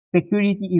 security